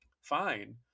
fine